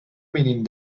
mínim